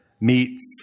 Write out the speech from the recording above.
meets